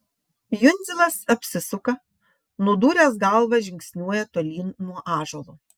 jundzilas apsisuka nudūręs galvą žingsniuoja tolyn nuo ąžuolo